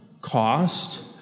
cost